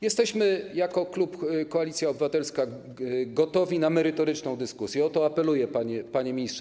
Jesteśmy jako klub Koalicji Obywatelskiej gotowi na merytoryczną dyskusję, o to apeluję, panie ministrze.